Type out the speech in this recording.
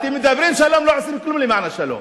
אתם מדברים שלום, לא עושים כלום למען השלום.